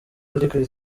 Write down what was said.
liquid